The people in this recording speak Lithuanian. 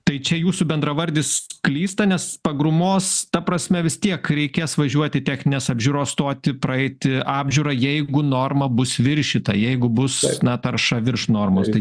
tai čia jūsų bendravardis klysta nes pagrūmos ta prasme vis tiek reikės važiuot į techninės apžiūros stotį praeiti apžiūrą jeigu norma bus viršyta jeigu bus na tarša virš normos tai